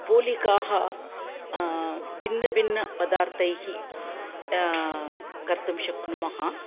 पोलिकाः भिन्नभिन्न पदार्थैः कर्तुं शक्नुमः